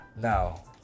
Now